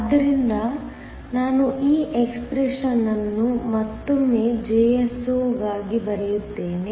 ಆದ್ದರಿಂದ ನಾನು ಈ ಎಕ್ಸ್ಪ್ರೆಶನ್ಯನ್ನು ಮತ್ತೊಮ್ಮೆ Jso ಗಾಗಿ ಬರೆಯುತ್ತೇನೆ